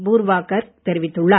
பூர்வா கர்க் தெரிவித்துள்ளார்